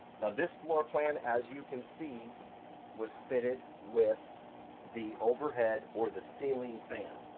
now this floorplan as you can see was fitted with the overhead or the ceiling fan.